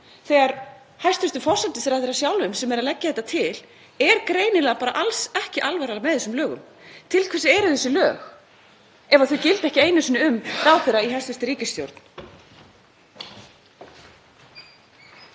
þegar hæstv. forsætisráðherra sjálfum, sem er að leggja þetta til, er greinilega alls ekki alvara með þessum lögum? Til hvers eru þessi lög ef þau gilda ekki einu sinni um ráðherra í hæstv. ríkisstjórn?